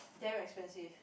damn expensive